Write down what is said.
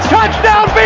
Touchdown